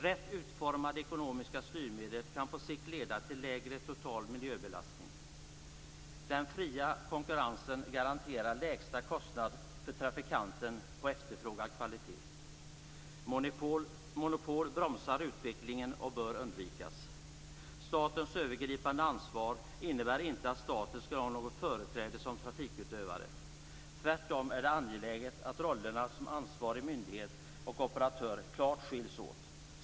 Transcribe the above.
Rätt utformade ekonomiska styrmedel kan på sikt leda till lägre total miljöbelastning. Den fria konkurrensen garanterar lägsta kostnad för trafikanten på efterfrågad kvalitet. Monopol bromsar utvecklingen och bör undvikas. Statens övergripande ansvar innebär inte att staten skall ha något företräde som trafikutövare. Tvärtom är det angeläget att rollerna som ansvarig myndighet och operatör klart skiljs åt.